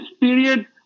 period